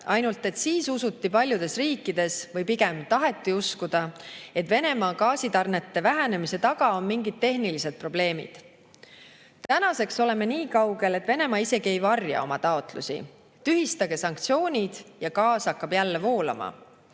ainult et siis usuti paljudes riikides, või pigem taheti uskuda, et Venemaa gaasitarnete vähenemise taga on mingid tehnilised probleemid. Tänaseks oleme niikaugel, et Venemaa isegi ei varja oma taotlusi: tühistage sanktsioonid ja gaas hakkab jälle voolama.